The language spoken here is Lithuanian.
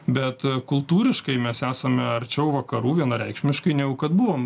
bet kultūriškai mes esame arčiau vakarų vienareikšmiškai negu kad buvom